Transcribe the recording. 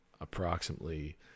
approximately